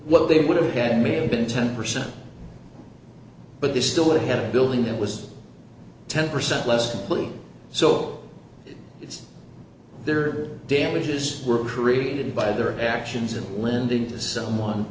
what they would have had me been ten percent but they still ahead a building that was ten percent less complete so it's their damages were created by their actions in lending to someone